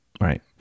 right